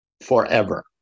forever